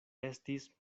estis